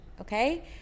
Okay